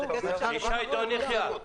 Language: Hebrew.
ישי דון יחיא,